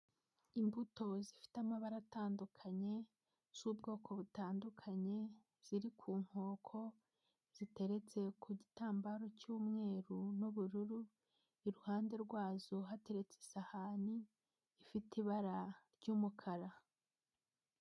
Imbuto zifite amabara atandukanye, z'ubwoko butandukanye ziri ku nkoko ziteretse ku gitambaro cy'umweru n'ubururu, iruhande rwazo hateretse isahani ifite ibara ry'umukara.